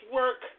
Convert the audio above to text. work